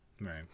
Right